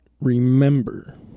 remember